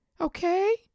okay